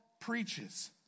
preaches